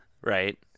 Right